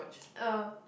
eh